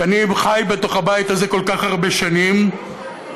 שאני חי בתוך הבית הזה כל כך הרבה שנים ותמיד,